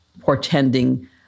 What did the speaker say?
portending